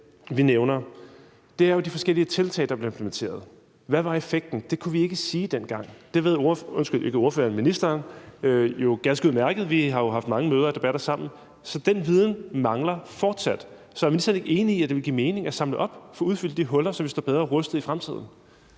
der var effekten af de forskellige tiltag, der blev implementeret. Det kunne vi ikke sige dengang. Det ved ministeren ganske udmærket; vi har haft jo haft mange møder og debatter sammen. Den viden mangler fortsat, så er ministeren ikke enig i, at det ville give mening at samle op og få udfyldt de huller, så vi står bedre rustet i fremtiden?